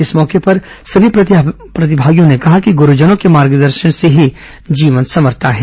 इस मौके पर सभी प्रतिभागियों ने कहा कि गुरूजनों के मार्गदर्शन से ही जीवन संवरता है